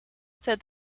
said